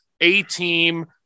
A-Team